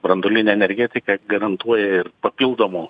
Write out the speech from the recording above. branduolinė energetika garantuoja ir papildomų